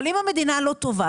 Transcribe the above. אבל אם המדינה לא תובעת,